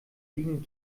liegen